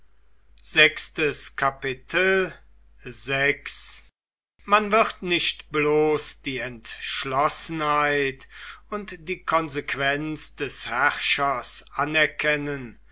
man wird nicht bloß die entschlossenheit und die konsequenz des herrschers anerkennen